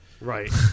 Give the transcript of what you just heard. Right